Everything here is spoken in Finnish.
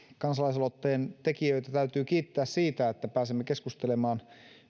kansalaisaloitteen tekijöitä täytyy kiittää siitä että pääsemme keskustelemaan